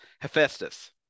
Hephaestus